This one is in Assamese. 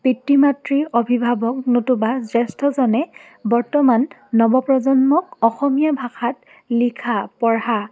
পিতৃ মাতৃ অভিভাৱক নতুবা জ্যেষ্ঠজনে বৰ্তমান নৱপ্ৰজন্মক অসমীয়া ভাষাত লিখা পঢ়া